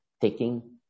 taking